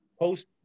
post